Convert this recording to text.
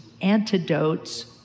antidotes